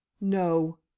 no